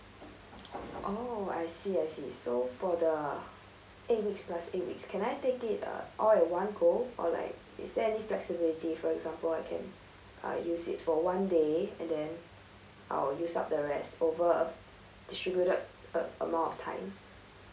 oh I see I see so for the eight weeks plus eight weeks can I take it uh all in one go or like is there any flexibility for example I can uh use it for one day and then I'll use up the rest over a distributed amount of time